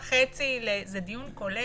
הוא דיון כולל.